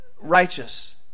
righteous